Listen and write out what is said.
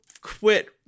quit